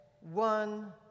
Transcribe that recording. one